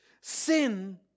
Sin